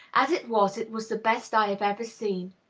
as it was, it was the best i have ever seen.